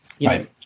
Right